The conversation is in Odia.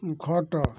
ଖଟ